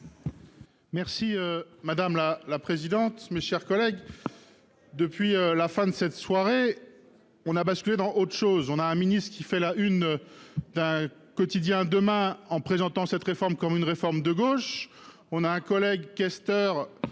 Merci madame la la présidente. Mes chers collègues. Depuis la fin de cette soirée. On a basculé dans autre chose, on a un ministre qui fait la une. D'un quotidien demain en présentant cette réforme comme une réforme de gauche. On a un collègue questeur